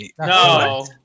no